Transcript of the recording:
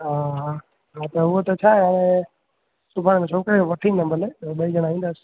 हा हाअ त उहो त छाहे हाणे सुभाणे छोकिरे खे वठी ईंदुमि भले त ॿई ॼणा ईंदासीं